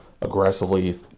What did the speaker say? aggressively